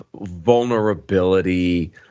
vulnerability